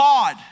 God